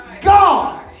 God